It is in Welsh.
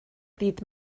ddydd